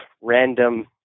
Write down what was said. random